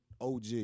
OG